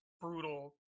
brutal